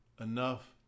enough